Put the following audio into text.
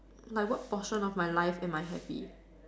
like what portion of my life am I happy